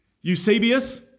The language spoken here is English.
Eusebius